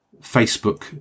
Facebook